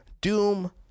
Doom